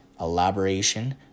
Elaboration